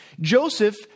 Joseph